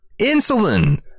insulin